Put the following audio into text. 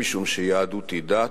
משום שיהדות היא דת,